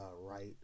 right